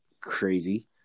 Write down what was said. crazy